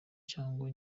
cyangwa